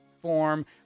form